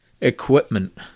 Equipment